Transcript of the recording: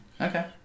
Okay